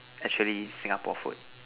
actually Singapore food